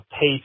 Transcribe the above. pay